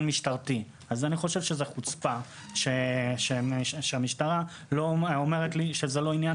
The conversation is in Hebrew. משטרתי אני חושב שחוצפה שהמשטרה אומרת לי שזה לא עניין